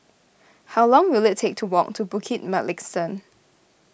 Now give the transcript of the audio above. how long will it take to walk to Bukit Mugliston